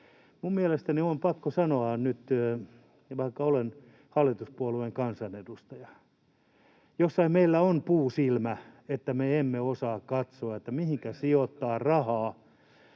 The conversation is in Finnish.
mielestäni on pakko sanoa nyt, vaikka olen hallituspuolueen kansanedustaja, että jossain meillä on puusilmä, kun me emme osaa katsoa, [Petri Huru: Juuri näin!